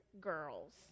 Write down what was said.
girls